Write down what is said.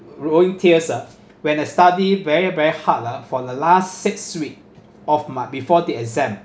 rowing tears ah when I study very very hard ah for the last six week of my before the exam